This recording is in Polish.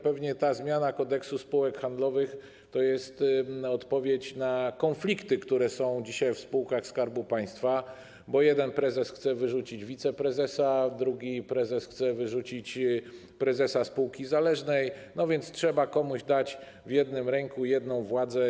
Pewnie ta zmiana Kodeksu spółek handlowych to jest odpowiedź na konflikty, które są dzisiaj w spółkach Skarbu Państwa, bo jeden prezes chce wyrzucić wiceprezesa, drugi prezes chce wyrzucić prezesa spółki zależnej, więc trzeba komuś dać do jednej ręki władzę.